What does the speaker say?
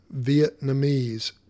Vietnamese